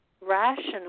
rational